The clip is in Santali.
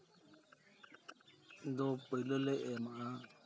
ᱫᱚ ᱯᱟᱹᱭᱞᱟᱹ ᱞᱮ ᱮᱢᱟ